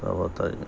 ہاں بتائیے